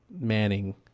manning